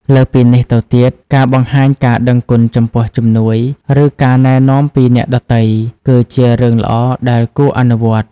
លើសពីនេះទៅទៀតការបង្ហាញការដឹងគុណចំពោះជំនួយ ឬការណែនាំពីអ្នកដទៃ គឺជារឿងល្អដែលគួរអនុវត្ត។